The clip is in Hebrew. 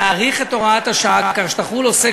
להאריך את הוראת השעה כך שתחול על עוסק